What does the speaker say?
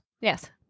Yes